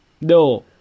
No